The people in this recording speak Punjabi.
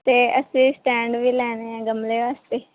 ਅਤੇ ਅਸੀਂ ਸਟੈਂਡ ਵੀ ਲੈਣੇ ਆ ਗਮਲੇ ਵਾਸਤੇ